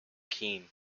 keene